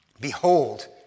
Behold